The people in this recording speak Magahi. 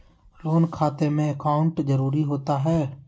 लोन खाते में अकाउंट जरूरी होता है?